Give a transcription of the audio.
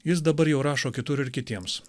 jis dabar jau rašo kitur ir kitiems